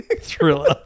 thriller